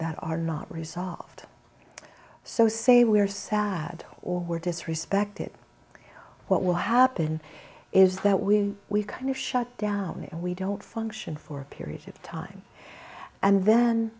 that are not resolved so say we're sad or disrespected what will happen is that we we kind of shut down and we don't function for a period of time and then